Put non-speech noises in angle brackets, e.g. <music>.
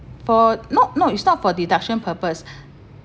for not not it's not for deduction purpose <breath>